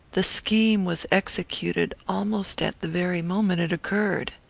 the scheme was executed almost at the very moment it occurred.